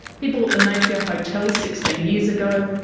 he bought the napier hotel sixteen years ago,